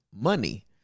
money